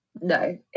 No